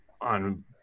on